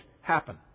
happen